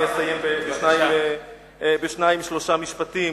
אני אסיים בשניים-שלושה משפטים.